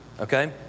Okay